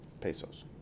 pesos